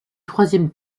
troisième